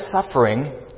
suffering